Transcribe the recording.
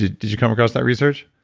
did did you come across that research?